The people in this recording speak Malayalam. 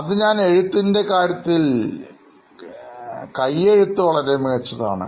അത് ഞാൻ എഴുത്തിൻറെ കാര്യത്തിൽ കൈയെഴുത്ത് വളരെ മികച്ചതാണ്